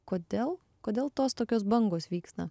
kodėl kodėl tos tokios bangos vyksta